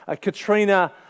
Katrina